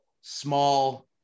small